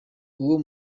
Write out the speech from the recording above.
uwo